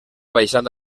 baixant